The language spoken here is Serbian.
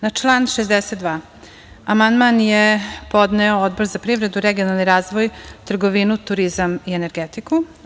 Na član 62. amandman je podneo Odbor za privredu, regionalni razvoj, trgovinu i turizam i energetiku.